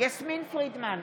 יסמין פרידמן,